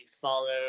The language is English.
follow